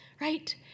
right